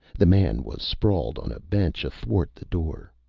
the man was sprawled on a bench athwart the door.